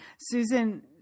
Susan